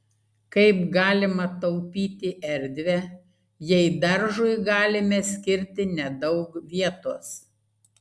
kaip galima taupyti erdvę jei daržui galime skirti nedaug vietos